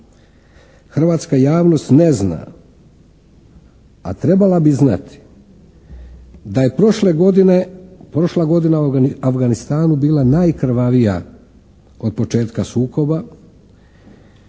Hrvatska javnost ne zna a trebala bi znati da je prošle godine, prošla godina u Afganistanu bila najkrvavija od početka sukoba